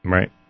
Right